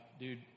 Dude